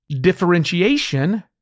differentiation